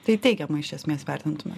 tai teigiamai iš esmės vertintumėt